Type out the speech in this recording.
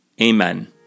amen